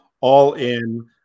all-in